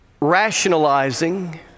Rationalizing